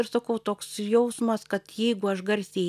ir sakau toks jausmas kad jeigu aš garsiai